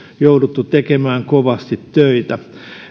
jouduttu tekemään kovasti töitä